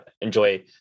enjoy